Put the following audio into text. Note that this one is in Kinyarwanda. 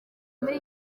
muri